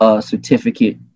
certificate